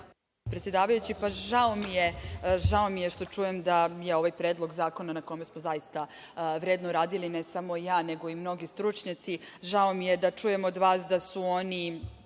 predsedavajući. Žao mi je što čujem da je ovaj Predlog zakona na kome smo, zaista, vredno radili, ne samo ja nego i mnogi stručnjaci. Žao mi je da čujem od vas da su one